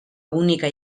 única